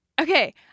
Okay